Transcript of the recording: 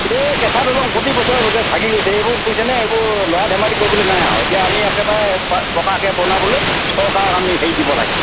এই কেঁচা দলং প্ৰতি বছৰে ভাগি গৈছে এইবোৰ বুজিছেনে এইবোৰ ল'ৰা ধেমালি কৰিবলৈ নাই আৰু এতিয়া আমি একেবাৰে প পকাকৈ বনাবলৈ চৰকাৰক আমি হেৰি দিব লাগে